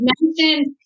mentioned